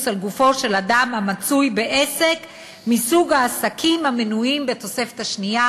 על גופו של אדם המצוי בעסק מסוג העסקים המנויים בתוספת השנייה"